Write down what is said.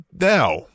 Now